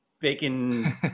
bacon